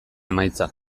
emaitza